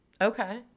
Okay